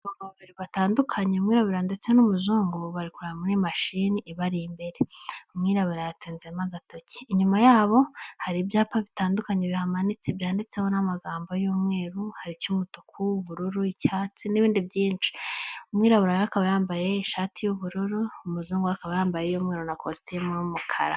Abagabo babiri batandukanye umwirabura ndetse n'umuzungu bari kureba muri mashini ibari imbere .Imwirabura yatunzemo agatoki, inyuma yabo hari ibyapa bitandukanye bihamanitse byanditseho n'amagambo y'umweru hari cy'umutuku , ubururu ,icyatsi n'ibindi byinshi umwirabura rero akaba yambaye ishati y'ubururu, umuzungu akaba yambaye iyu mweru na kositimu y'umukara.